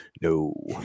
No